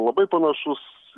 labai panašus